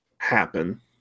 happen